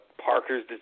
Parker's